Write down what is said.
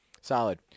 Solid